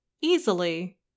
easily